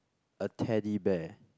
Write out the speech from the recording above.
a Teddy Bear